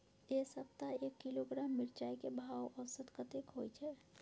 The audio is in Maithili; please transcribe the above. ऐ सप्ताह एक किलोग्राम मिर्चाय के भाव औसत कतेक होय छै?